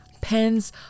pens